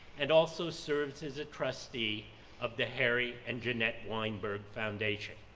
and also serves as a trustee of the harry and jeanette weinberg foundation.